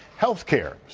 health care.